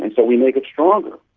and but we make it stronger.